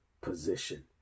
position